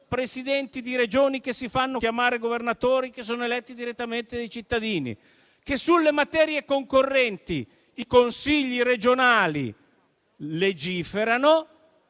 Presidenti di Regioni che si fanno chiamare governatori e che sono eletti direttamente dai cittadini, e ancora con i consigli regionali che legiferano